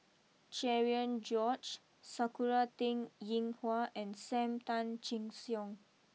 Cherian George Sakura Teng Ying Hua and Sam Tan Chin Siong